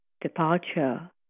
departure